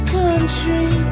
country